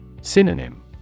Synonym